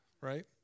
right